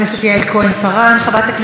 חבר הכנסת ישראל אייכלר,